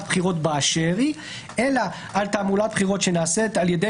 בחירות באשר היא אלא על תעמולת בחירות שנעשית על-ידי